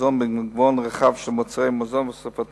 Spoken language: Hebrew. (10 בפברואר 2010): פורסם כי לחלק גדול מהדגים הקפואים הוספו